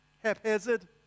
haphazard